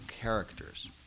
characters